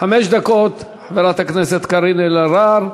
חמש דקות, חברת הכנסת קארין אלהרר,